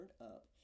up